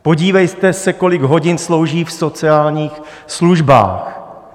Podívejte se, kolik hodin slouží v sociálních službách.